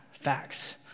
facts